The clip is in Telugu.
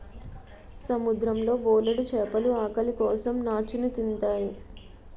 సముద్రం లో బోలెడు చేపలు ఆకలి కోసం నాచుని తింతాయి